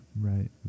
Right